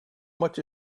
much